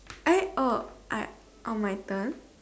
eh oh I oh my turn